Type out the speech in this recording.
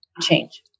change